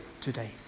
today